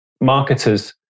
marketers